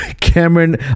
Cameron